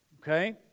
Okay